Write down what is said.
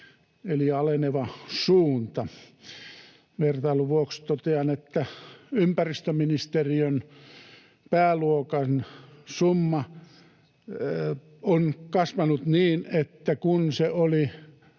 eli aleneva on suunta. Vertailun vuoksi totean, että ympäristöministeriön pääluokan summa on kasvanut niin, että kun se oli